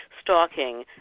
stalking